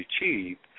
achieved